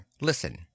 Listen